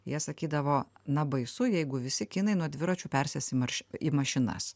jie sakydavo na baisu jeigu visi kinai nuo dviračių persės į marš į mašinas